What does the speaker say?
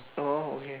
oh okay